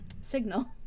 Signal